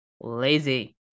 lazy